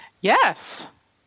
Yes